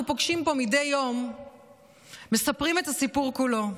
פוגשים פה מדי יום מספרים את הסיפור כולו.